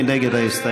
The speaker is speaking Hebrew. מי נגד ההסתייגות?